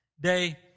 day